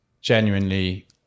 genuinely